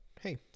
hey